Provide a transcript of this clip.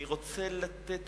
אני רוצה לתת